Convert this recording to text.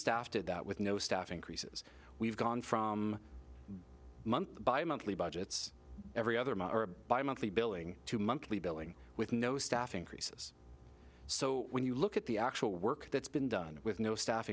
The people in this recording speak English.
staff did that with no staff increases we've gone from month by month budgets every other month or a bi monthly billing to monthly billing with no staff increases so when you look at the actual work that's been done with no staff